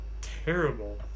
terrible